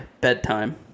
Bedtime